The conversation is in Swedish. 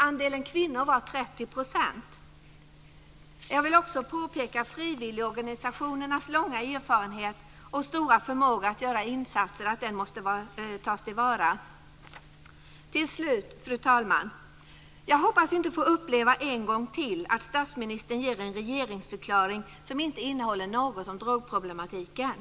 Andelen kvinnor var 30 %. Jag vill också påpeka att frivilligorganisationernas långa erfarenhet och stora förmåga att göra insatser måste tas till vara. Till slut, fru talman: Jag hoppas inte få uppleva en gång till att statsministern ger en regeringsförklaring som inte innehåller något om drogproblematiken.